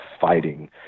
fighting